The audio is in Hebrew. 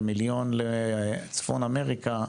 ומיליון לצפון אמריקה,